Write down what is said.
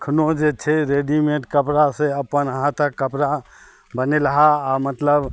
एखनो जे छै रेडीमेड कपड़ा से अपन हाथक कपड़ा बनेलहा आओर मतलब